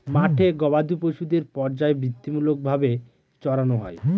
মাঠে গোবাদি পশুদের পর্যায়বৃত্তিমূলক ভাবে চড়ানো হয়